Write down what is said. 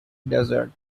desert